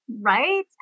Right